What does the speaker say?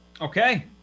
Okay